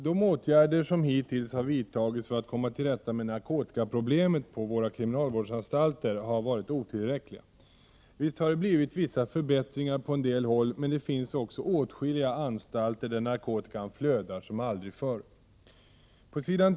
Herr talman! De åtgärder som hittills har vidtagits för att komma till rätta med narkotikaproblemet på våra kriminalvårdsanstalter har varit otillräckliga. Visst har det blivit vissa förbättringar på en del håll, men det finns också åtskilliga anstalter där narkotikan flödar som aldrig förr. På s.